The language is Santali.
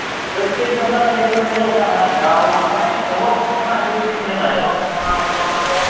ᱠᱟᱹᱡᱼᱠᱟᱹᱡᱫᱚ ᱚᱱᱠᱟᱫᱚ ᱧᱮᱞ ᱫᱚ ᱧᱮᱞᱚᱜ ᱠᱟᱱᱟ ᱡᱟᱣ ᱢᱟᱱᱮ ᱮᱦᱚᱵ ᱠᱷᱚᱱᱟᱜ ᱡᱩᱫᱤᱵᱤᱱ ᱧᱮᱞᱟ ᱮᱦᱚᱵᱢᱟ ᱚᱱᱠᱟ ᱢᱟ